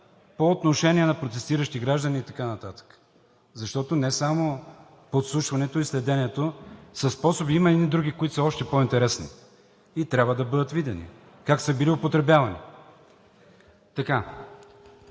по отношение на протестиращи граждани“ и така нататък, защото не само подслушването и следенето са способи. Има и едни други, които са още по-интересни и трябва да бъдат видими как са били употребявани.